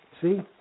See